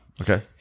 Okay